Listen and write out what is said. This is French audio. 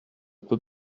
peut